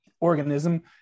organism